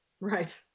Right